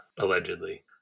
allegedly